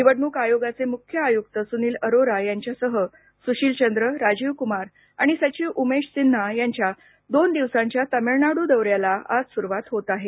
निवडणूक आयोगाचे मुख्य आयुक्त सुनील अरोरा यांच्यासह सुशील चंद्र राजीव कुमार आणि सचिव उमेश सिन्हा यांच्या दोन दिवसांच्या तामिळनाडू दौऱ्याला आज सुरवात होत आहे